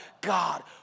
God